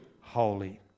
holy